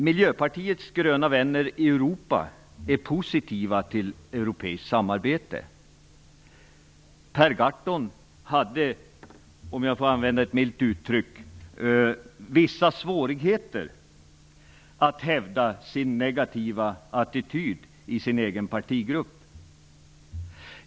Miljöpartiets gröna vänner i Europa är positiva till europeiskt samarbete. Per Gahrton hade, om jag får använda ett milt uttryck, vissa svårigheter att hävda sin negativa attityd i sin egen partigrupp.